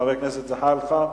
חבר הכנסת זחאלקה.